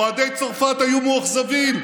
אוהדי צרפת היו מאוכזבים,